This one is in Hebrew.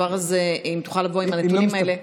אם תוכל לבוא עם הנתונים האלה.